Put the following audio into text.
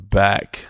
back